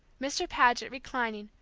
mr. paget, reclining,